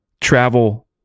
travel